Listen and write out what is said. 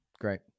great